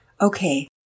Okay